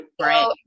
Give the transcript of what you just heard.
Right